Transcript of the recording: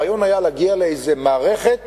הרעיון היה להגיע לאיזו מערכת